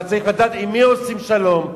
אבל צריך לדעת עם מי עושים שלום,